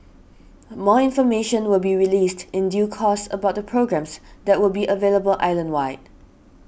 more information will be released in due course about the programmes that will be available island wide